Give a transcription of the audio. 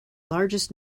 largest